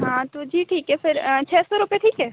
हाँ तो जी ठीक है फिर छ सौ रुपए ठीक है